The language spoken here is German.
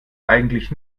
eigentlich